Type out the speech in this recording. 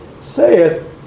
saith